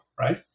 right